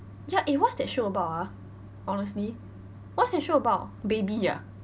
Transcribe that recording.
ya eh what's that show about ah honestly what's that show about baby ah